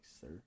sir